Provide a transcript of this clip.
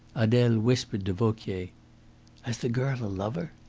adele whispered to vauquier has the girl a lover?